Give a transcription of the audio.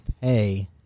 pay